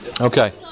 Okay